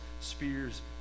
spears